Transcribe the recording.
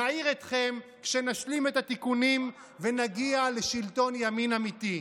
נעיר אתכם כשנשלים את התיקונים ונגיע לשלטון ימין אמיתי.